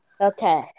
Okay